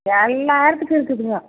எல்லாத்துக்கும் இருக்குதுங்க